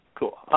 Cool